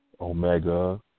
Omega